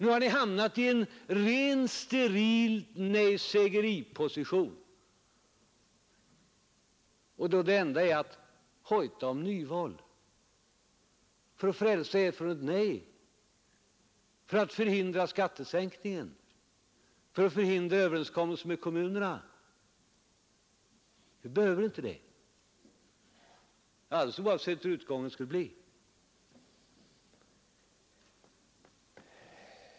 Nu har ni hamnat i en helt steril nejsägeriposition, där det enda ni kan göra är att hojta om nyval för att frälsa er från att säga nej till skattesänkningen och från att förhindra överenskommelsen med kommunerna. Vi behöver inte något nyval, alldeles oavsett hurudan utgången skulle bli.